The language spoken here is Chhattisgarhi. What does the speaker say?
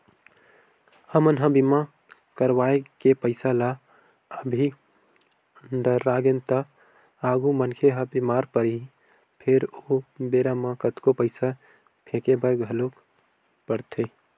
हमन ह बीमा करवाय के पईसा ल अभी डरागेन त आगु मनखे ह बीमार परही फेर ओ बेरा म कतको पईसा फेके बर घलोक परथे